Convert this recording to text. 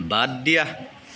বাদ দিয়া